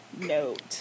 Note